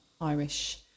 Irish